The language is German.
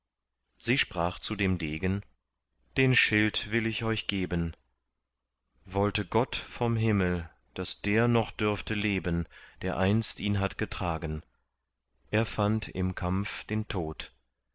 sie sprach zu dem degen den schild will ich euch geben wollte gott vom himmel daß der noch dürfte leben der einst ihn hat getragen er fand im kampf den tod